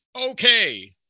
okay